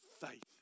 faith